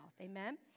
Amen